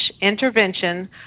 intervention